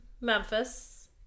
Memphis